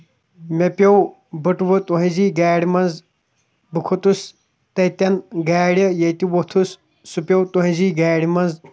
مےٚ پیوو بٔٹوٕ تُہنٛزی گاڑ منٛز بہٕ کھوٚتُس تَتٮ۪ن گاڑ ییٚتہِ ووتُھس سُہ پیوو تُہنٛزِی گاڑِ منٛز